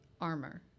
armor